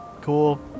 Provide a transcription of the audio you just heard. Cool